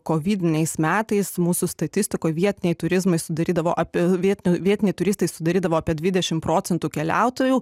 kovidiniais metais mūsų statistikoje vietiniai turizmai sudarydavo apie vietinę vietiniai turistai sudarydavo apie dvidešimt procentų keliautojų